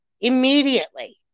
Immediately